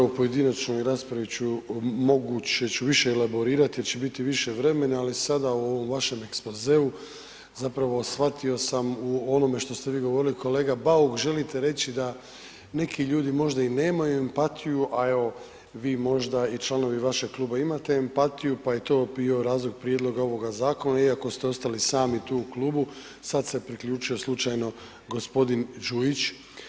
U pojedinačnoj raspravi ću moguće ću više elaborirati jer će biti više vremena, ali sada o ovom vašem ekspozeu zapravo shvatio sam u onome što ste vi govorili kolega Bauk želite reći da neki ljudi možda i nemaju empatiju, a evo vi možda i članovi vašeg kluba imate empatiju, pa je to bio razlog prijedloga ovoga zakona iako ste ostali sami tu u klubu, sad se priključio slučajno gospodin Đujić.